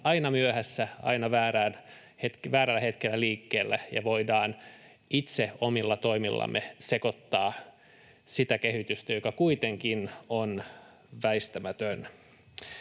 aina myöhässä, aina väärällä hetkellä liikkeellä ja voidaan itse omilla toimillamme sekoittaa sitä kehitystä, joka kuitenkin on väistämätön.